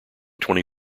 twenty